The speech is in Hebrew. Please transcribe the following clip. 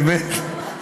באמת,